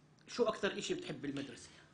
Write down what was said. אני רוצה להודות לך בהזדמנות זו.